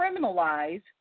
criminalize